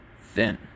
thin